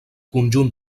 conjunt